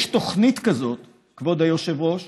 יש תוכנית כזאת, כבוד היושב-ראש,